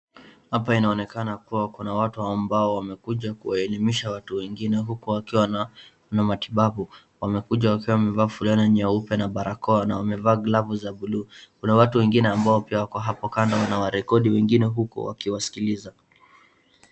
Hapa inaoneka kuwa kuna watu ambao wamekuja kuelimisha watu wengine huku wakiwa na matibabu. Wamekuja wamevaa fulana nyeupe na barakoa na wamevaa glavu za buluu. Kuna watu wengine pia wako hapo kando inawarekodi huku wengine wakiwasikiliza.